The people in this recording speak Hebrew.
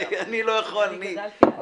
אני גדלתי ליד הים.